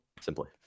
simply